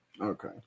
Okay